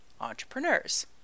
entrepreneurs